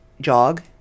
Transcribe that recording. jog